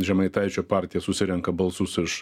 žemaitaičio partija susirenka balsus iš